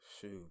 Shoot